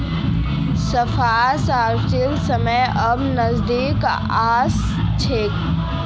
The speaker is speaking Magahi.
फसल कटाइर समय अब नजदीक ओस छोक